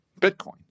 Bitcoin